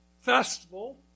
festival